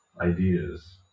ideas